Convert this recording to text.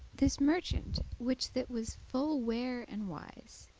this merchant, which that was full ware and wise,